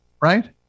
Right